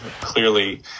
clearly